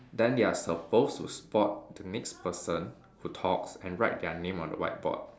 then they are supposed to spot the next person who talks and write their name on the whiteboard